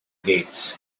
gates